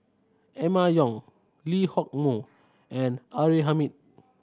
Emma Yong Lee Hock Moh and R A Hamid